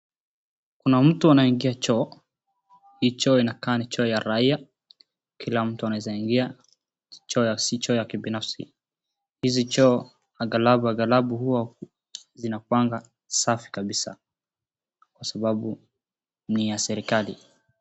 Kuna mtu anaingia choo, hii choo inakaa ni choo ya raia, kila mtu anaweza ingia, si choo ya kibinafsi. Hizi choo aghalabu huwa zinakuanga safi kabisa kwa sababu ni ya serikali.